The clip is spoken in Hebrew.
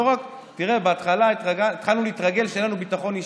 תראה, התחלנו להתרגל שאין לנו ביטחון אישי.